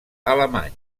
alemany